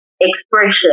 expression